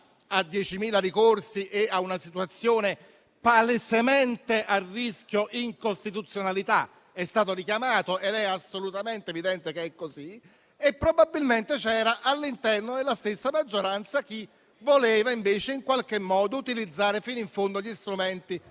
a 10.000 ricorsi e a una situazione palesemente a rischio incostituzionalità. È stato richiamato ed è assolutamente evidente che è così. E probabilmente c'era poi all'interno della stessa maggioranza chi voleva invece in qualche modo utilizzare fino in fondo gli strumenti